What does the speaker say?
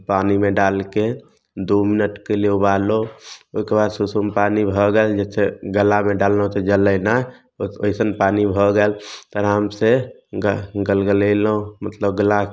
पानिमे डालिके दुइ मिनटके लिए उबालु ओहिके बाद सुसुम पानि भऽ गेल जइसे गलामे डाललहुँ तऽ जलै नहि ओइसन पानि भऽ गेल तऽ आराम से ग गलगलेलहुँ मतलब गला